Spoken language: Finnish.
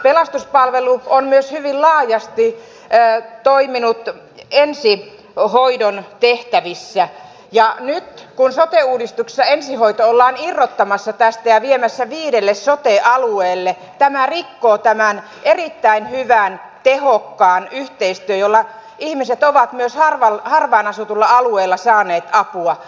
pelastuspalvelu on myös hyvin laajasti toiminut ensihoidon tehtävissä ja nyt kun sote uudistuksessa ensihoito ollaan irrottamassa tästä ja viemässä viidelle sote alueelle tämä rikkoo tämän erittäin hyvän tehokkaan yhteistyön jolla ihmiset ovat myös harvaan asutulla alueella saaneet apua